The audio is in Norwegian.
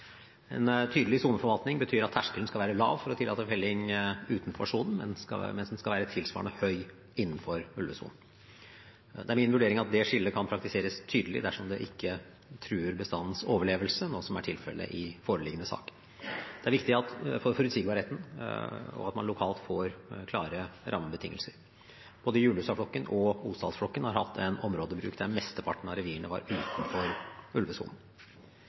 En tydelig soneforvaltning betyr at terskelen skal være lav for å tillate felling utenfor sonen, mens den skal være tilsvarende høy innenfor ulvesonen. Det er min vurdering at det skillet kan praktiseres tydelig dersom det ikke truer bestandens overlevelse, noe som er tilfellet i foreliggende sak. Det er viktig for forutsigbarheten og at man lokalt får klare rammebetingelser. Både Julussaflokken og Osdalsflokken har hatt en områdebruk der mesteparten av revirene var utenfor ulvesonen.